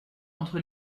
entre